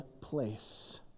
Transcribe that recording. place